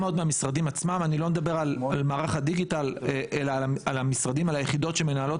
לא מדבר על מערך הדיגיטל אלא על המשרדים ועל היחידות שמנהלות